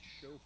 show